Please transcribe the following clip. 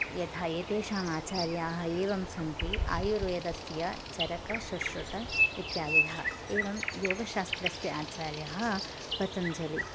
यथा एतेषाम् आचार्याः एवं सन्ति आयुर्वेदस्य चरकशुश्रुत इत्यादयः एवं योगशास्त्रस्य आचार्यः पतञ्जलिः